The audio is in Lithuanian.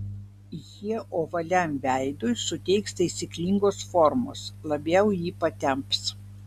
jie ovaliam veidui suteiks taisyklingos formos labiau jį patemps